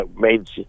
made